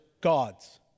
God's